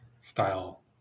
style